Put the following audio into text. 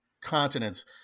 continents